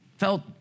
felt